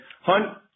Hunt